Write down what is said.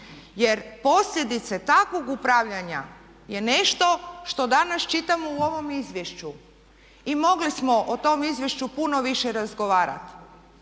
jer posljedice takvog upravljanja je nešto što danas čitamo u ovom izvješću. I mogli smo o tom izvješću puno više razgovarati